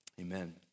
Amen